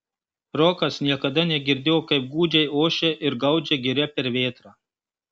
rokas niekada negirdėjo kaip gūdžiai ošia ir gaudžia giria per vėtrą